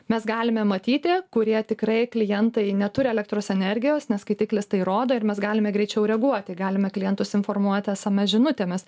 mes galime matyti kurie tikrai klientai neturi elektros energijos nes skaitiklis tai rodo ir mes galime greičiau reaguoti galime klientus informuoti esemes žinutėmis